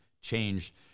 change